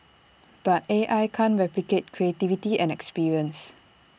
but A I can't replicate creativity and experience